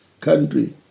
country